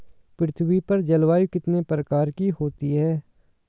पृथ्वी पर जलवायु कितने प्रकार की होती है?